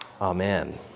Amen